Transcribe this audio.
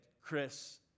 Chris